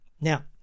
Now